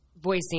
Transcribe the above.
Voicing